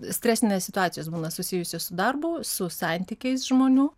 stresinės situacijos būna susijusios su darbu su santykiais žmonių